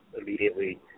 immediately